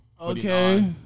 Okay